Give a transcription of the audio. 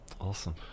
awesome